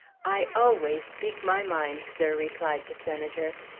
i always speak my mind, sir, replied the senator.